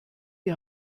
die